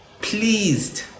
pleased